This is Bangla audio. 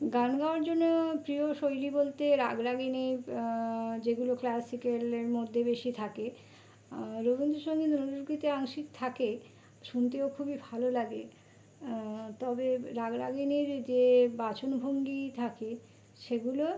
গান গাওয়ার জন্য প্রিয় শৈলী বলতে রাগ রাগিণী যেগুলো ক্লাসিক্যালের মধ্যে বেশি থাকে রবীন্দ্রসঙ্গীত রবীন্দ্রসঙ্গীতে আংশিক থাকে শুনতেও খুবই ভালো লাগে তবে রাগ রাগিণীর যে বাচনভঙ্গি থাকে সেগুলো